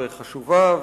חשובה,